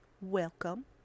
welcome